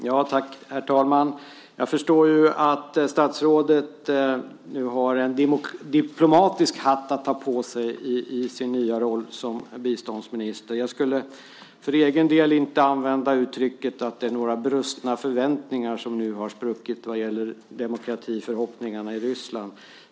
Herr talman! Jag förstår att statsrådet i sin nya roll som biståndsminister har en diplomatisk hatt att ta på sig. Jag skulle dock för egen del inte använda uttrycket att vissa förväntningar nu har brustit vad gäller demokratiförhoppningarna i Ryssland.